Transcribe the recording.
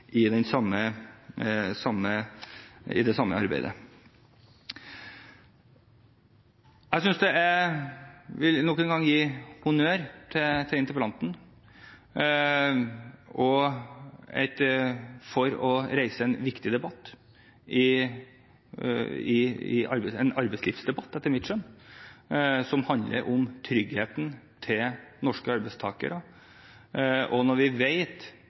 det samme arbeidet. Jeg vil nok en gang gi honnør til interpellanten for å reise en viktig debatt – en arbeidslivsdebatt, etter mitt skjønn – som handler om tryggheten til norske arbeidstakere. Når vi